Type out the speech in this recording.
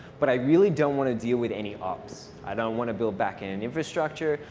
but i really don't want to deal with any ops. i don't want to build backend infrastructure.